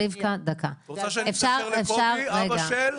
את רוצה שאני אשקר לקובי, אבא של?